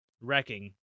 wrecking